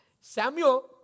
Samuel